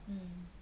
mmhmm